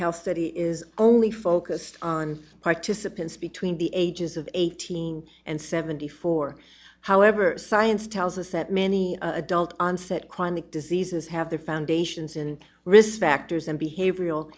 health study is only focused on participants between the ages of eighteen and seventy four however science tells us that many adult onset chronic diseases have their foundations in risk factors and behavioral